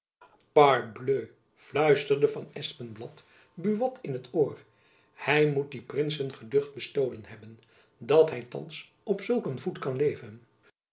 parbleu fluisterde van espenblad buat in t oor hy moet die prinsen geducht bestolen hebben dat hy thands op zulk een voet kan leven